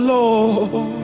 Lord